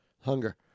Hunger